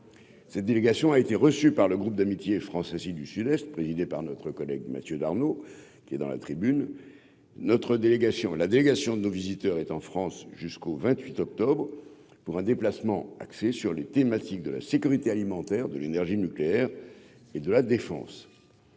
cette délégation a été reçue par le groupe d'amitié France-Asie du Sud-Est, présidée par notre collègue Mathieu Darnaud, qui est dans la tribune, notre délégation, la délégation de nos visiteurs est en France jusqu'au 28 octobre pour un déplacement axé sur les thématiques de la sécurité alimentaire, de l'énergie nucléaire et de la Défense,